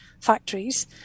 factories